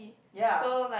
ya